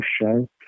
show